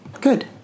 Good